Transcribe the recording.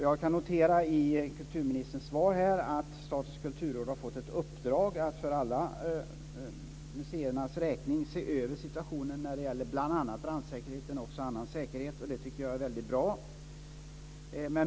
Jag noterar i kulturministerns svar att Statens kulturråd har fått i uppdrag att för alla museers räkning se över situationen när det gäller bl.a. brandsäkerheten men också annan säkerhet. Det tycker jag är väldigt bra.